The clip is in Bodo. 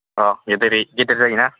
अ जोबोरै गेदेर जायो ना